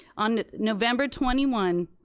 on november twenty one,